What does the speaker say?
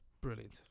brilliant